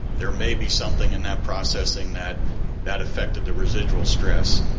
there may be something in that processing that that affected the residual stress.